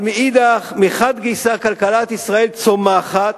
אבל מחד גיסא כלכלת ישראל צומחת,